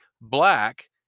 black